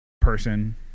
person